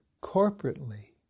corporately